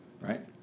right